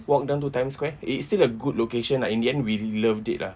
walk down to times square it it's still a good location ah in the end we loved it ah